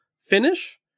finish